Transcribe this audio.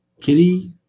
kitty